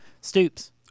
Stoops